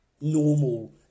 normal